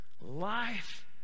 life